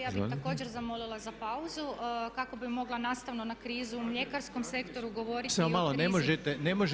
Ja bih također zamolila za pauzu kako bih mogla nastavno na krizu u mljekarskom sektoru govoriti o krizi…